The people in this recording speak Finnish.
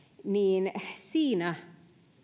niin siinä